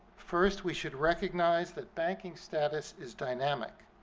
first we should recognize that banking status is dynamic.